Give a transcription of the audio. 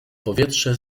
powietrze